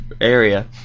area